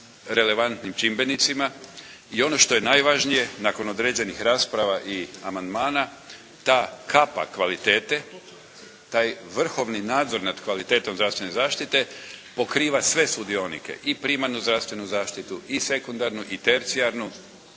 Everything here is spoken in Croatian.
relevantnim čimbenicima i ono što je najvažnije nakon određenih rasprava i amandmana ta kapa kvalitete, taj vrhovni nadzor nad kvalitetom zdravstvene zaštite pokriva sve sudionike. I primarnu zdravstvenu zaštitu i sekundarnu i tercijarnu.